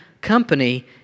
company